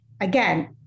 again